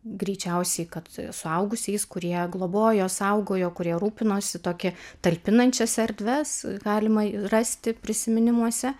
greičiausiai kad suaugusiais kurie globojo saugojo kurie rūpinosi tokį talpinančias erdves galima rasti prisiminimuose